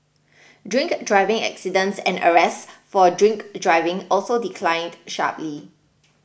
drink driving accidents and arrests for drink driving also declined sharply